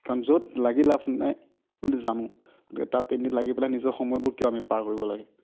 কাৰণ য'ত লাগি লাভ নাই বুলি জানো গতিকে তাত এনেই লাগি পেলাই নিজৰ সময়বোৰ কিয় আমি পাৰ কৰিব লাগে